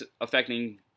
affecting